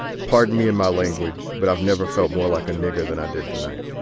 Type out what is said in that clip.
pardon me in my language, but i've never felt more like a nigger than i did tonight